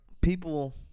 people